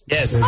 Yes